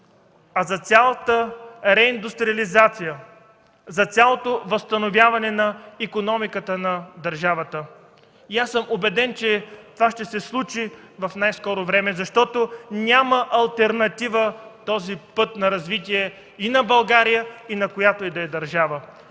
а за цялата реиндустриализация, за цялото възстановяване на икономиката на държавата и съм убеден, че това ще се случи в най-скоро време, защото този път на развитие и на България, и на която и да е държава